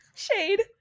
Shade